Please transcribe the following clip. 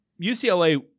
ucla